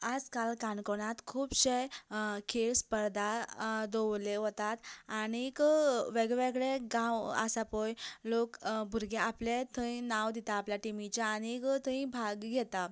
आज काल काणकोणांत खूबशें खेळ स्पर्धा दवरल्ले वतात आनीक वेगळें वेगळें गांव आसा पळय लोक भुरगें आपलें थंय नांव दिता आपल्या टिमीचें आनीक थंय भाग घेता